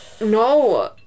no